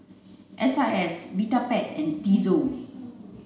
S I S Vitapet and Pezzo